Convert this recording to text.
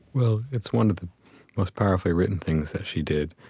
well, it's one of the most powerfully written things that she did,